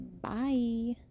Bye